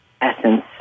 essence